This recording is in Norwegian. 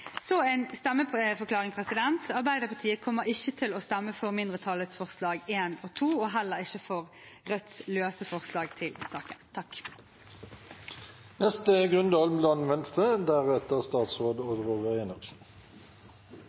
Så en stemmeforklaring: Arbeiderpartiet kommer ikke til å stemme for mindretallsforslagene nr. 1 og 2 og heller ikke for Rødts løse forslag til saken. Jeg følte for å forklare hvorfor heller ikke Venstre